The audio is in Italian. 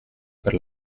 per